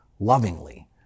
lovingly